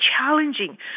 challenging